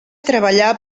treballar